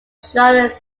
sean